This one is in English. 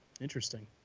Interesting